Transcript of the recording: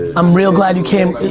i'm real glad you came,